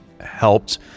helped